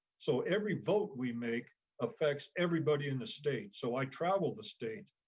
so every vote we make affects everybody in the state. so i travel the state.